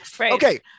okay